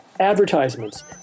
Advertisements